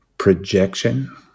projection